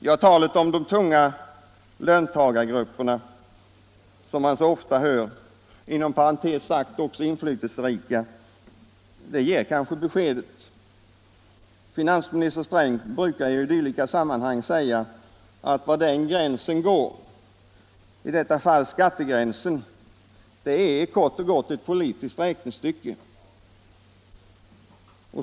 Ja, talet om de tunga löntagargrupperna, som man så ofta hör — inom parentes också inflytelserika — ger kanske beskedet. Finansminister Sträng brukar säga att var gränsen går, i detta fall skattegränsen, kort och gott är ett politiskt räknestycke.